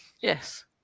yes